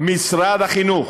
משרד החינוך,